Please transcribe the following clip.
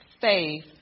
faith